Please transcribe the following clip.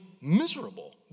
miserable